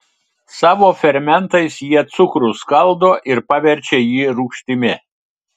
savo fermentais jie cukrų skaldo ir paverčia jį rūgštimi